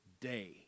day